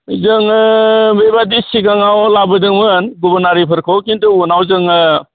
जोङो बेबादि सिगाङाव लाबोदोंमोन गुबुन हारिफोरखौ खिन्थु उनाव जोङो